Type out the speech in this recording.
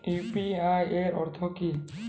UPI এর অর্থ কি?